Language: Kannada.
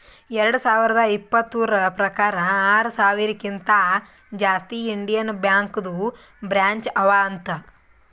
ಎರಡು ಸಾವಿರದ ಇಪ್ಪತುರ್ ಪ್ರಕಾರ್ ಆರ ಸಾವಿರಕಿಂತಾ ಜಾಸ್ತಿ ಇಂಡಿಯನ್ ಬ್ಯಾಂಕ್ದು ಬ್ರ್ಯಾಂಚ್ ಅವಾ ಅಂತ್